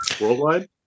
Worldwide